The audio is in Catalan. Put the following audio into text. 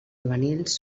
juvenils